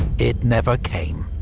it never came.